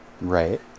Right